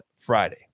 Friday